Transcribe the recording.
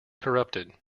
corrupted